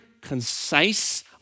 concise